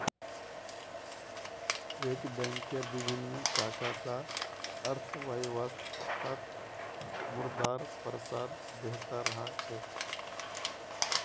एक बैंकेर विभिन्न शाखा स अर्थव्यवस्थात मुद्रार प्रसार बेहतर ह छेक